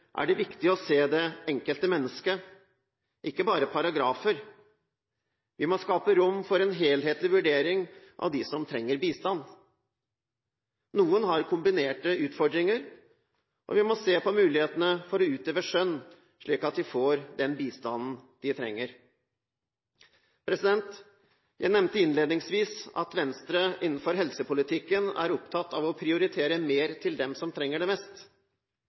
er det viktig å se det enkelte mennesket, ikke bare paragrafer. Vi må skape rom for en helhetlig vurdering av dem som trenger bistand. Noen har kombinerte utfordringer, og vi må se på mulighetene for å utøve skjønn, slik at de får den bistanden de trenger. Jeg nevnte innledningsvis at Venstre innenfor helsepolitikken er opptatt av å prioritere mer til dem som trenger det mest.